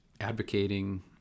advocating